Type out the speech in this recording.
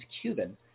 Cuban